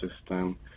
system